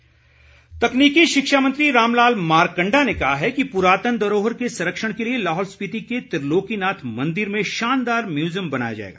मारकण्डा तकनीकी शिक्षा मंत्री रामलाल मारकण्डा ने कहा है कि पुरातन धरोहर के संरक्षण के लिए लाहौल स्पीति के त्रिलोकीनाथ मंदिर में शानदार म्यूज़ियम बनाया जाएगा